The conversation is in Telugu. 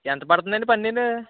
ఎంత పడుతుంది అండి పన్నీరు